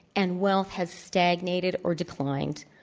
and wealth has stagnated or declined,